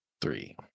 three